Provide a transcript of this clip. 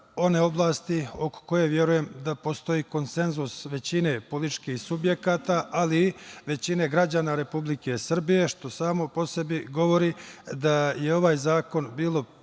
one oblasti oko koje, verujem, postoji konsenzus većine političkih subjekata, ali i većine građana Republike Srbije, što samo po sebi govori da je ovaj zakon bilo